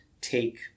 take